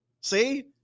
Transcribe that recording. See